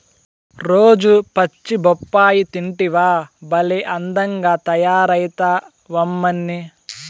రోజూ పచ్చి బొప్పాయి తింటివా భలే అందంగా తయారైతమ్మన్నీ